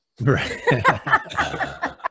right